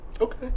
Okay